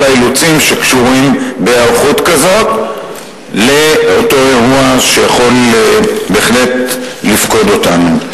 האילוצים שקשורים בהיערכות כזאת לאותו אירוע שיכול בהחלט לפקוד אותנו.